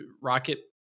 rocket